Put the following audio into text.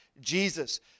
jesus